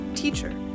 Teacher